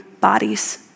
bodies